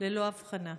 ללא הבחנה.